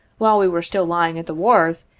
while we were still lying at the wharf,